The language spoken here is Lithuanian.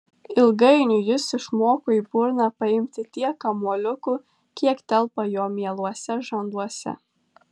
ilgainiui jis išmoko į burną paimti tiek kamuoliukų kiek telpa jo mieluose žanduose